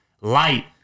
light